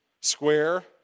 square